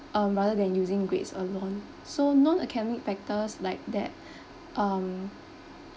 um rather than using grades alone so non academic factors like that um